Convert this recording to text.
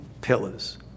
pillars